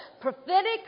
Prophetic